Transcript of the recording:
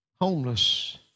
homeless